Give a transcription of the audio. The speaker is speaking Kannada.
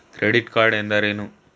ಕ್ರೆಡಿಟ್ ಕಾರ್ಡ್ ಎಂದರೇನು?